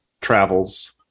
travels